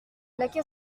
laquais